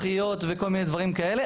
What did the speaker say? שחייה וכל מיני דברים כאלה?